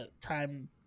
time